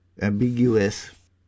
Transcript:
ambiguous